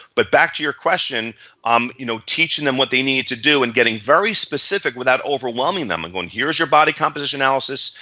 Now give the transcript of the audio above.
but back to your question, um you know, teaching them what they need to do and getting very specific without overwhelming them. i go, and here's your body composition analysis,